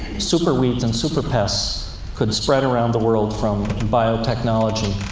superweeds and superpests could spread around the world, from biotechnology,